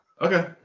Okay